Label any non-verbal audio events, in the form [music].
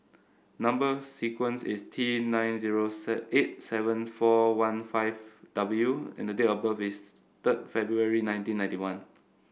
number sequence is T nine zero [unintelligible] eight seven four one five W and the date of birth is [noise] third February nineteen ninety one